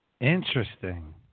Interesting